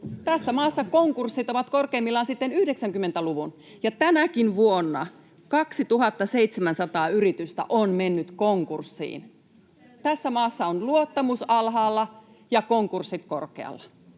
Tässä maassa konkurssit ovat korkeimmillaan sitten 90-luvun, ja tänäkin vuonna 2 700 yritystä on mennyt konkurssiin. Tässä maassa on luottamus alhaalla ja konkurssit korkealla.